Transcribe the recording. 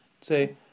Say